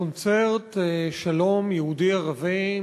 קונצרט שלום יהודי ערבי.